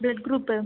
blood group